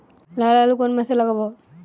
লাল আলু কোন মাসে লাগাব?